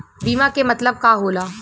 बीमा के मतलब का होला?